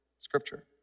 Scripture